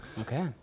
Okay